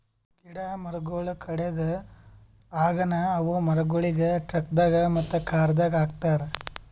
ಗಿಡ ಮರಗೊಳ್ ಕಡೆದ್ ಆಗನ ಅವು ಮರಗೊಳಿಗ್ ಟ್ರಕ್ದಾಗ್ ಮತ್ತ ಕಾರದಾಗ್ ಹಾಕತಾರ್